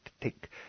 take